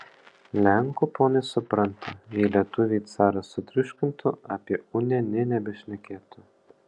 lenkų ponai supranta jei lietuviai carą sutriuškintų apie uniją nė nebešnekėtų